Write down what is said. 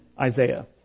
Isaiah